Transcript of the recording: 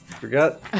Forgot